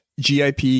GIP